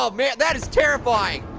um man, that is terrifying.